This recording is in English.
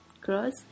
cross